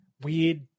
weird